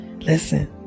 listen